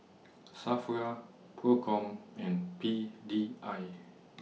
SAFRA PROCOM and P D I